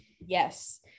Yes